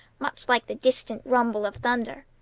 much like the distant rumble of thunder.